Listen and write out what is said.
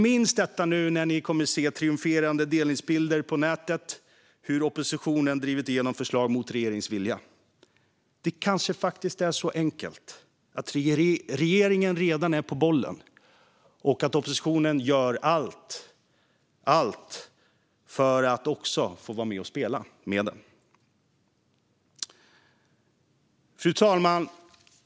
Minns detta nu när ni kommer att se triumferande delningsbilder på nätet om hur oppositionen drivit igenom förslag mot regeringens vilja. Det kanske faktiskt är så enkelt att regeringen redan är på bollen och att oppositionen gör allt för att också få vara med och spela med den. Fru talman!